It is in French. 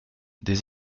des